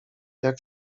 jak